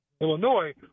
Illinois